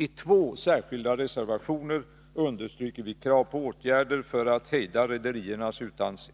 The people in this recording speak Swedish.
I två särskilda reservationer understryker vi krav på åtgärder för att hejda rederiernas